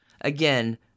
Again